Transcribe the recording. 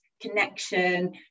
connection